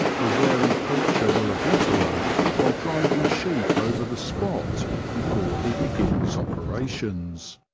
the wary poacher will obliterate by driving sheep over the spot before he begins operations.